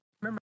remember